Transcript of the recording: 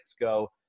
go